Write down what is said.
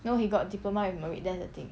you know he got diploma with merit that's the thing